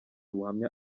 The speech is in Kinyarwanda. ubuhamya